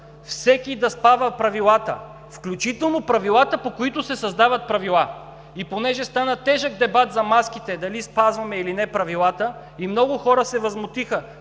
всеки да спазва правилата, включително правилата, по които се създават правила! И понеже стана тежък дебат за маските – дали спазваме или не правилата, и много хора се възмутиха,